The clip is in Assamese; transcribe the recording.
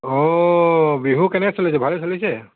অঁ বিহু কেনে চলিছে ভালে চলিছে